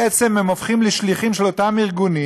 ובעצם הם הופכים לשליחים של אותם ארגונים.